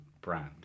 brand